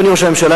אדוני ראש הממשלה,